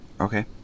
okay